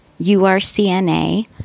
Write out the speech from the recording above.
URCNA